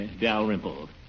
Dalrymple